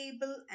table